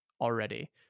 already